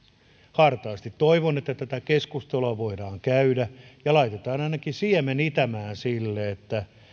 hartaasti toivon että tätä keskustelua voidaan käydä ja laitetaan ainakin siemen itämään sille että